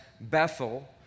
Bethel